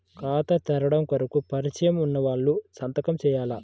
ఖాతా తెరవడం కొరకు పరిచయము వున్నవాళ్లు సంతకము చేయాలా?